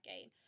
game